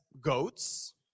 goats